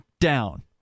down